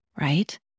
right